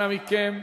אנא מכם,